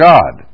God